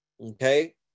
Okay